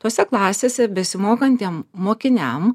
tose klasėse besimokantiem mokiniam